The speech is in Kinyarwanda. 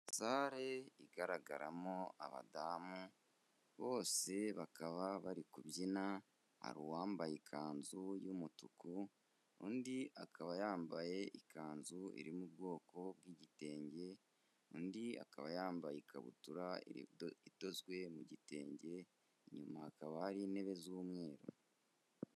Sare igaragaramo abadamu bose bakaba bari kubyina, hari uwambaye ikanzu y'umutuku, undi akaba yambaye ikanzu iri mu bwoko bw'igitenge, undi akaba yambaye ikabutura idozwe mu gitenge, inyuma hakaba hari intebe z'umweru.